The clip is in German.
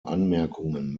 anmerkungen